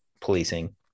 policing